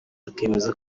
akemeza